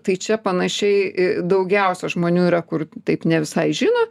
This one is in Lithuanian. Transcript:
tai čia panašiai a daugiausia žmonių yra kur taip ne visai žino